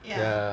ya